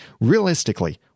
realistically